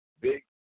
Big